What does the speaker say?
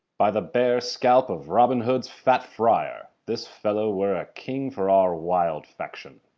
by the bare scalp of robin hood's fat friar, this fellow were a king for our wild faction!